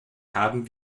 haben